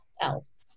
elves